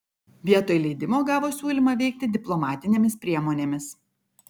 vietoj leidimo gavo siūlymą veikti diplomatinėmis priemonėmis